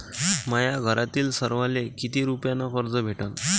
माह्या घरातील सर्वाले किती रुप्यान कर्ज भेटन?